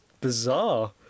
bizarre